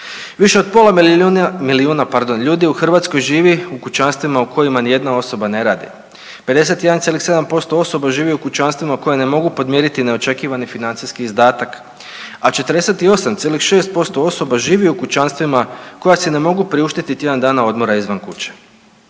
Više od pola milijuna ljudi u Hrvatskoj u kućanstvima u kojima nijedna osoba ne radi, 51,7% osoba živi u kućanstvima koje ne mogu podmiriti neočekivani financijski izdatak, a 48,6% osoba živi u kućanstvima koja si ne mogu priuštiti tjedan dana odmora izvan kuće.